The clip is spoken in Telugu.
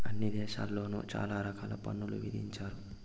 అన్ని దేశాల్లోను చాలా రకాల పన్నులు విధించారు